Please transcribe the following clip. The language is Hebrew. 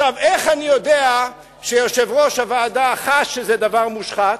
איך אני יודע שיושב-ראש הוועדה חש שזה דבר מושחת?